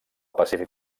pacífic